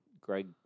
Greg